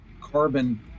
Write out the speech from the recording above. carbon